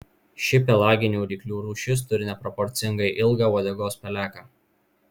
ši pelaginių ryklių rūšis turi neproporcingai ilgą uodegos peleką